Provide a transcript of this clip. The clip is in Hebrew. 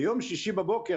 ביום שישי בבוקר,